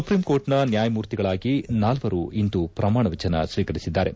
ಸುಪ್ರೀಂಕೋರ್ಟ್ನ ನ್ಯಾಯಮೂರ್ತಿಗಳಾಗಿ ನಾಲ್ವರು ಇಂದು ಪ್ರಮಾಣವಜನ ಸ್ವೀಕರಿಸಿದ್ದಾರೆ